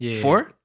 Four